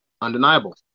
undeniable